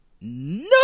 No